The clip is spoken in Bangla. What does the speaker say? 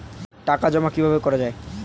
টাকা জমা কিভাবে করা য়ায়?